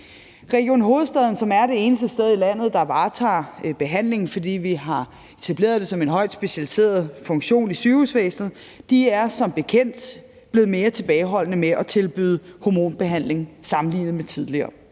Region Hovedstaden, som er det eneste sted i landet, der varetager behandlingen, fordi vi har etableret det som en højt specialiseret funktion i sygehusvæsenet, er som bekendt blevet mere tilbageholdende med at tilbyde hormonbehandling sammenlignet med tidligere.